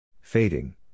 Fading